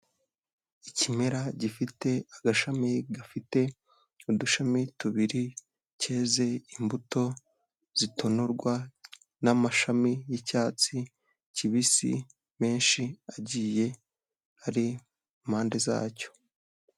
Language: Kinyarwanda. Ikimera gifite agashami gafite udushami tubiri, cyeze imbuto zitonorwa n'amashami y'icyatsi kibisi menshi agiye ari impande zacyo.